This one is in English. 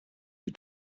you